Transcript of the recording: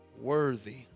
worthy